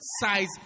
size